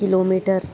kilometer